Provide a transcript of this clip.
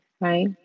right